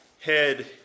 head